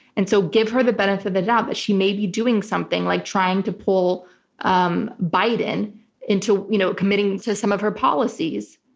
and so give her the benefit of the doubt that she may be doing something like trying to pull um biden into you know committing to some of her policies,